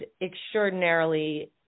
extraordinarily